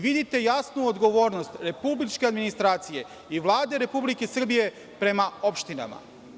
Vidite jasnu odgovornost republičke administracije i Vlade Republike Srbije prema opštinama.